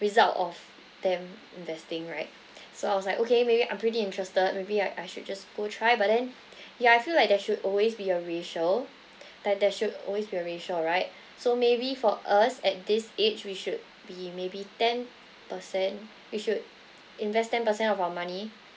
result of them investing right so I was like okay maybe I'm pretty interested maybe I I should just go try but then ya I feel like there should always be a ratio that there should always be a ratio right so maybe for us at this age we should be maybe ten percent we should invest ten percent of our money